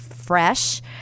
fresh